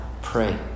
pray